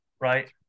Right